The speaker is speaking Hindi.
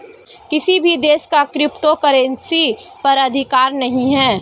किसी भी देश का क्रिप्टो करेंसी पर अधिकार नहीं है